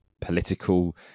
political